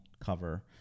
cover